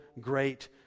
great